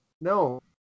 no